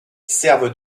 servent